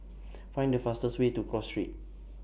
Find The fastest Way to Cross Street